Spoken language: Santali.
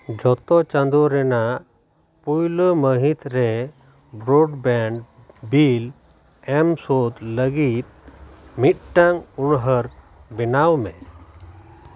ᱡᱚᱛᱚ ᱪᱟᱸᱫᱳ ᱨᱮᱱᱟᱜ ᱯᱳᱭᱞᱳ ᱢᱟᱦᱤᱛ ᱨᱮ ᱵᱨᱳᱰ ᱵᱮᱸᱱᱰ ᱵᱤᱞ ᱮᱢ ᱥᱳᱫᱽ ᱞᱟᱹᱜᱤᱫ ᱢᱤᱫᱴᱟᱝ ᱩᱭᱦᱟᱹᱨ ᱵᱮᱱᱟᱣ ᱢᱮ